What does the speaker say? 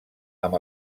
amb